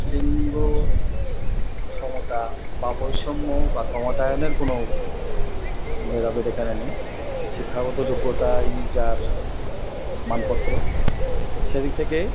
লিঙ্গ সমতা বা বৈষম্য বা ক্ষমতায়নের কোনো ভেদাভেদ এখানে নেই শিক্ষাগত যোগ্যতাই যার মানপত্র সেই থেকে